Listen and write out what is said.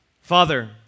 Father